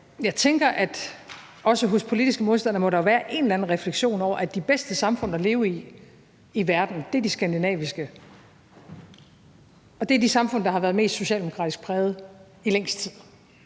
jeg tænker, at også hos politiske modstander må der være en eller anden refleksion over, at de bedste samfund i verden at leve i, er de skandinaviske, og det er de samfund, der har været mest socialdemokratisk præget i længst tid.